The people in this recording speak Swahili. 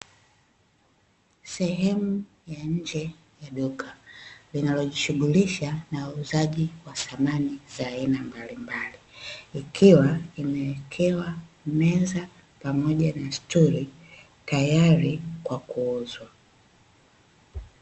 Sehemu ya nje ya duka linalojishughulisha na uuzaji wa samani za aina mbalimbali, ikiwa imewekewa meza pamoja na stuli tayari kwa kuuzwa.